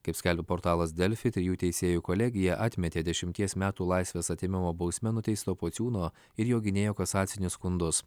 kaip skelbia portalas delfi trijų teisėjų kolegija atmetė dešimties metų laisvės atėmimo bausme nuteisto pociūno ir jo gynėjo kasacinius skundus